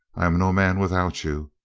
i am no man without you.